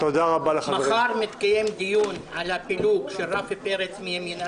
מחר יתקיים דיון על הפילוג של רפי פרץ מימינה,